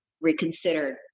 reconsidered